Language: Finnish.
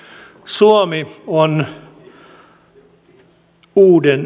suomi on uuden edessä